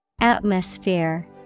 Atmosphere